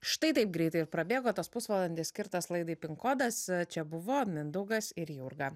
štai taip greitai ir prabėgo tas pusvalandis skirtas laidai pin kodas čia buvo mindaugas ir jurga